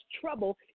trouble